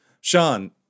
Sean